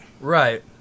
Right